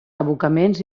abocaments